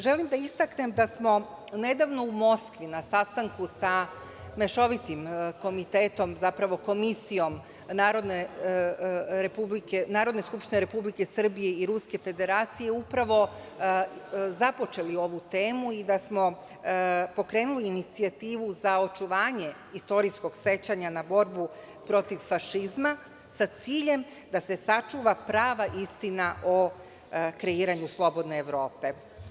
Želim da istaknem da smo nedavno u Moskvi na sastanku sa Mešovitim komitetom, zapravo Komisijom Narodne skupštine Republike Srbije i Ruske Federacije upravo započeli ovu temu i da smo pokrenuli inicijativu za očuvanje istorijskog sećanja na borbu protiv fašizma sa ciljem da se sačuva prava istina o kreiranju slobodne Evrope.